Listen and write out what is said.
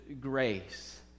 grace